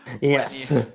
Yes